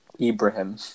Ibrahim